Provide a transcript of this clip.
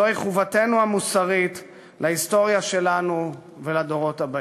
זוהי חובתנו המוסרית להיסטוריה שלנו ולדורות הבאים.